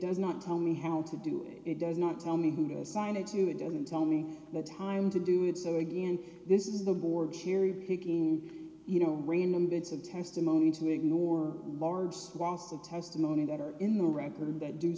does not tell me how to do it does not tell me who to assign it to it doesn't tell me the time to do it so again this is the board cherry picking you know random bits of testimony to ignore large swaths of testimony that are in the record that do